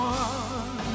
one